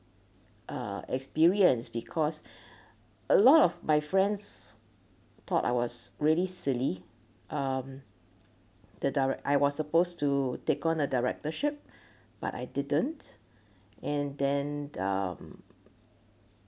uh experience because a lot of my friends thought I was really silly um the direct~ I was supposed to take on a directorship but I didn't and then um